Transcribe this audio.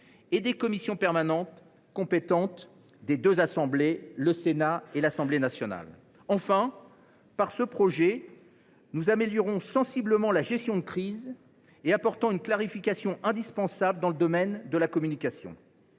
et les commissions permanentes compétentes des deux assemblées. Enfin, avec ce texte, nous améliorons sensiblement la gestion de crise et apportons une clarification indispensable dans le domaine de la communication.